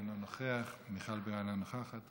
אינו נוכח, מיכל בירן, אינה נוכחת.